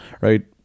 right